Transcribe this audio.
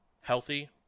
Healthy